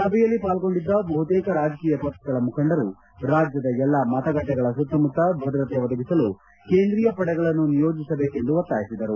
ಸಭೆಯಲ್ಲಿ ಪಾಲ್ಗೊಂಡಿದ್ದ ಬಹುತೇಕ ರಾಜಕೀಯ ಪಕ್ಷಗಳ ಮುಖಂಡರು ರಾಜ್ಯದ ಎಲ್ಲಾ ಮತಗಟ್ಟೆಗಳ ಸುತ್ತಮುತ್ತ ಭದ್ರತೆ ಒದಗಿಸಲು ಕೇಂದ್ರೀಯ ಪಡೆಗಳನ್ನು ನಿಯೋಜಿಸಬೇಕೆಂದು ಒತ್ತಾಯಿಸಿದರು